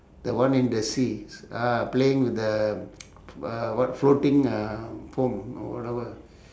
the one in the sea s~ uh playing with the uh what floating uh foam or whatever